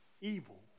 evil